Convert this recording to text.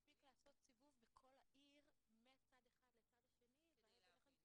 מספיק לעשות סיבוב בכל העיר מצד אחד לצד השני --- כדי להבין.